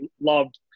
loved